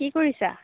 কি কৰিছা